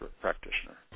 practitioner